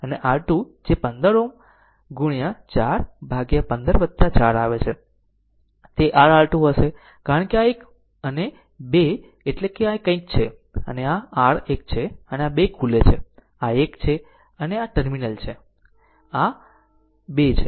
આમ R2 જે 15 ગુણ્યા 4 ભાગ્યા 15 4 આવે છે તે r R2 હશે કારણ કે આ એક અને 2 Ii એટલે કે આ કંઈક છે આ આ r એક છે આ 2 ખુલે છે આ 1 છે અને આ ટર્મિનલ છે 2 આ એક છે